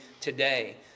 today